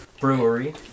Brewery